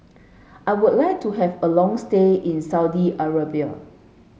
I would like to have a long stay in Saudi Arabia